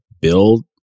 build